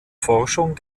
forschung